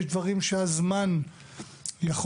יש דברים שהזמן יכול